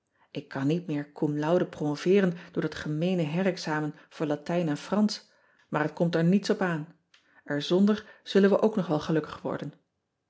k kan niet meer cum laude promoveeren door dat gemeene herexamen voor atijn en ransch maar het komt er niets op aan r zonder zullen we ook nog wel gelukkig worden